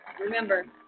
Remember